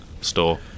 store